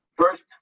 First